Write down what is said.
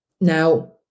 Now